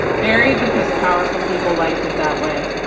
buried because powerful people liked it that way.